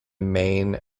main